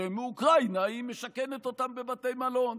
וכשהם מאוקראינה היא משכנת אותם בבתי מלון.